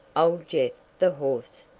old jeff, the horse,